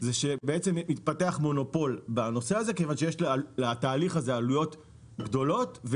זה שבעצם מתפתח מונופול בנושא הזה כיוון שיש לתהליך הזה עלויות גדולות,